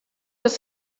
les